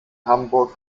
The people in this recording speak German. hamburg